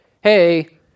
hey